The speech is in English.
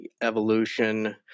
evolution